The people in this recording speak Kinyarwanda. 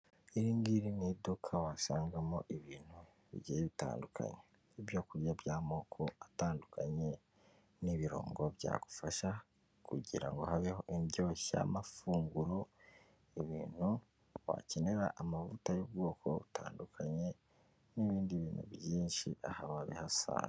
Iri ngiri ni iduka wasangamo ibintu bigiye bitandukanye, ibyokurya by'amoko atandukanye n'ibirungo byagufasha kugira ngo habeho indyoshyamafunguro. Ibintu wakenera, amavuta y'ubwoko butandukanye n'ibindi bintu byinshi aha wabihasanga.